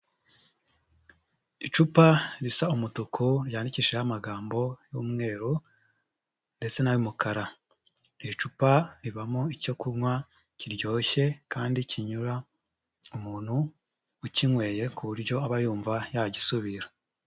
Icupa risa umutuku ryandikishijeho amagambo y'umweru ndetse n'ay'umukara, iri cupa ribamo icyo kunywa kiryoshye kandi kinyura umuntu ukinyweye ku buryo aba yumva yagisubira.